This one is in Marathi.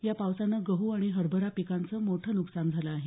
या पावसानं गहू आणि हरभरा पिकांचं मोठं नुकसान झालं आहे